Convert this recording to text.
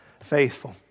Faithful